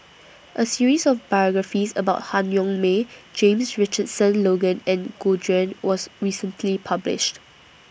A series of biographies about Han Yong May James Richardson Logan and Gu Juan was recently published